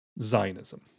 Zionism